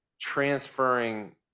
transferring